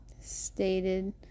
Stated